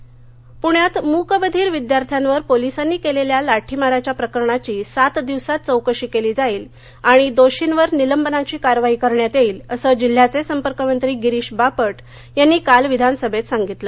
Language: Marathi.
लाठीमार पृण्यात मुकबधीर विद्यार्थ्यावर पोलिसांनी केलेल्या लाठीमाराच्या प्रकरणाची सात दिवसांत चौकशी केली जाईल आणि दोर्षीवर निलंबनाची कारवाई करण्यात येईल असं जिल्ह्याचे संपर्कमंत्री गिरीश बापट यांनी काल विधानसभेत सांगितलं